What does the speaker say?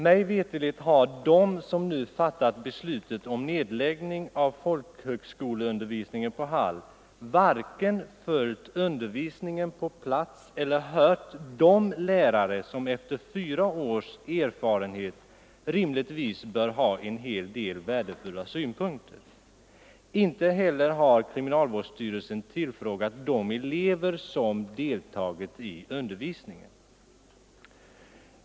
Mig veterligt har de som nu fattat beslutet om nedläggning av folkhögskolundervisningen vid Hall varken följt undervisningen på platsen eller hört de lärare som efter fyra års erfarenhet rimligtvis bör ha en hel del värdefulla synpunkter. Inte heller har kriminalvårdsstyrelsen tillfrågat de elever som deltagit i undervisningen.